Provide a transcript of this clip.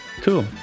Cool